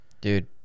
Dude